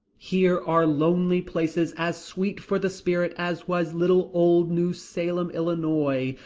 here are lonely places as sweet for the spirit as was little old new salem, illinois,